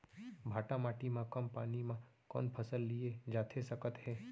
भांठा माटी मा कम पानी मा कौन फसल लिए जाथे सकत हे?